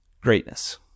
greatness